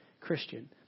Christian